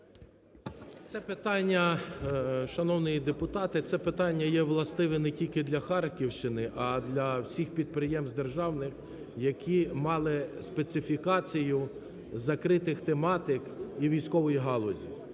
Це питання, шановний депутате, це питання є властиве не тільки для Харківщини, а для всіх підприємств державних, які мали специфікацію закритих тематик і військової галузі,